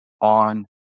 on